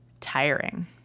tiring